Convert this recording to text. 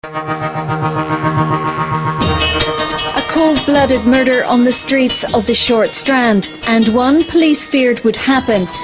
um a cold blooded murder on the streets of the short strand, and one police feared would happen.